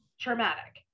traumatic